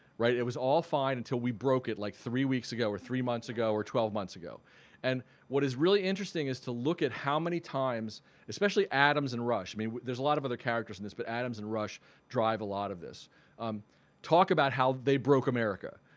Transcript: right. it was all fine until we broke it like three weeks ago or three months ago or twelve months ago and what is really interesting is to look at how many times especially adams and rush i mean there's a lot of other characters in this but adams and rush drive a lot of this um talk about how they broke america.